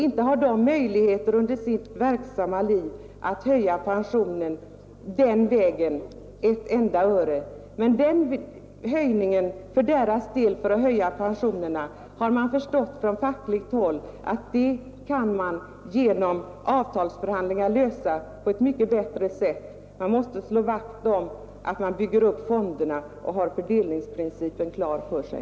Inte har de under sitt verksamma liv möjligheter att höja pensionen den här vägen, men från fackligt håll har man förstått att frågan om hur pensionen skall kunna höjas för deras del kan man genom avtalsförhandlingar lösa på ett mycket bättre sätt. Man måste slå vakt om uppbyggandet av fonderna och ha fördelningsprincipen klar för sig.